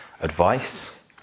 advice